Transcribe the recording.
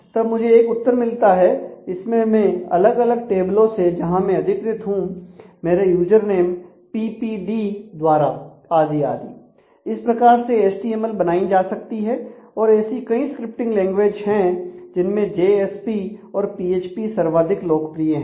तब मुझे एक उत्तर मिलता है इसमें मैं अलग अलग टेबलो से जहां मैं अधिकृत हूं मेरे यूजरनेम पीपीडी सर्वाधिक लोकप्रिय हैं